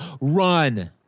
run